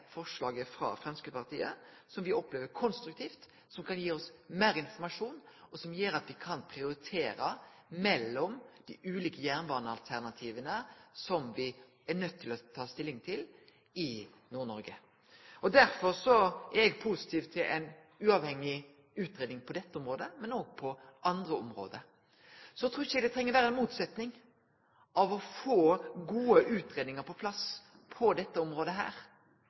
forslaget frå Framstegspartiet, som me opplever som konstruktivt. Det kan gi oss meir informasjon, slik at me kan prioritere mellom dei ulike jernbanealternativa i Nord-Noreg som me er nøydde til å ta stilling til. Derfor er eg positiv til ei uavhengig utgreiing på dette området, òg på andre område. Eg trur ikkje det treng å vere ei motsetning mellom det å få gode utgreiingar på plass på dette området